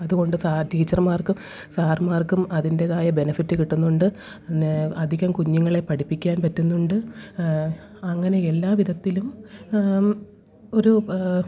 അതുകൊണ്ട് ടീച്ചര്മാര്ക്കും സാറുന്മാര്ക്കും അതിന്റേതായ ബെനഫിറ്റ് കിട്ടുന്നുണ്ട് പിന്നെ അധികം കുഞ്ഞുങ്ങളെ പഠിപ്പിക്കാന് പറ്റുന്നുണ്ട് അങ്ങനെ എല്ലാവിധത്തിലും ഒരു